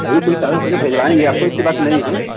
आइए कोई कारण कर के भेज वाएँगे आपको ऐसी बात नहीं है